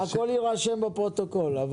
הכול יירשם בפרוטוקול.